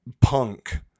Punk